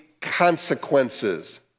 consequences